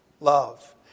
Love